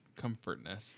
comfortness